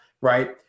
right